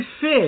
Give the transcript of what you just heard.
fish